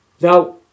Now